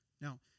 Now